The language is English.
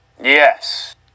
Yes